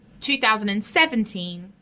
2017